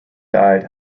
died